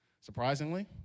Surprisingly